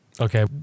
Okay